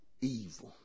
evil